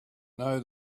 know